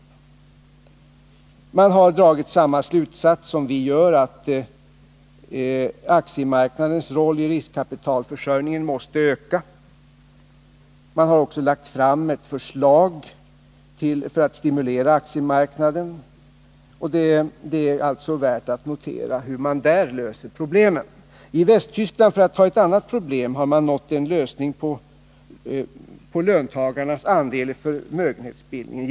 Den norska regeringen har dragit samma slutsatser som vi gör, nämligen att aktiemarknadens roll i riskkapitalförsörjningen måste öka. Man har också lagt fram ett förslag för att stimulera aktiemarknaden. Det kan vara värt att notera hur man där löser problemen. I Västtyskland, för att ta ett annat exempel, har man löst frågan om löntagarnas andel i förmögenhetsbildningen.